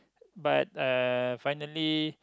but uh finally